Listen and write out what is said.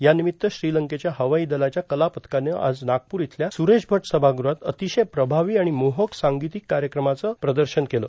या निमित्त श्रीलंकेच्या हवाई दलाच्या कलापथकानं आज नागपूर इथल्या सुरेश भट सभाग्रहात अतिशय प्रभावी आणि मोहक सांगितीक कार्यक्रमाचं प्रदर्शन केलं